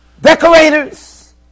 decorators